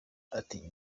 ati